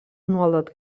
nuolat